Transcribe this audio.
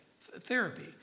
therapy